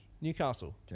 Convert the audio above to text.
Newcastle